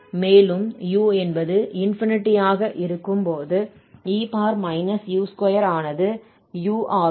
மேலும் u என்பது ஆக இருக்கும்போது e u2 ஆனது 0 ஆகும்